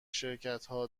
شرکتها